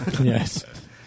Yes